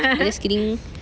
just kidding